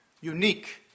unique